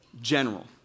general